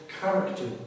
character